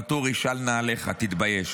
ואטורי, של נעליך, תתבייש.